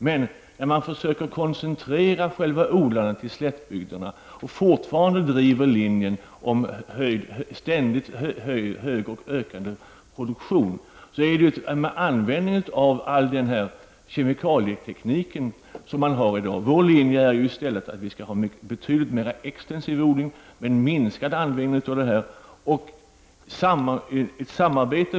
I dag försöker man att koncentrera odlandet till slättbygderna och fortfarande driva en linje med ständigt högre och ökande produktion, med användande av all dagens kemikalieteknik. Vår linje är i stället att vi skall ha betydligt mer extensiv odling med minskad användning av kemikalier.